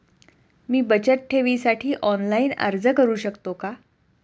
मी बचत ठेवीसाठी ऑनलाइन अर्ज करू शकतो का?